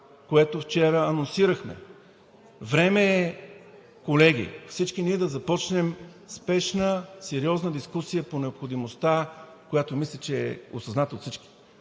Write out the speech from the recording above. което вчера анонсирахме. Време е, колеги, всички ние да започнем спешна, сериозна дискусия по необходимостта, която мисля, че е осъзната от всички